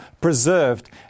preserved